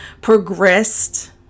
progressed